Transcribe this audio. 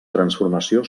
transformació